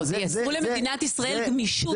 לא, תייצרו למדינת ישראל גמישות.